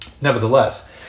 Nevertheless